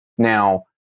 Now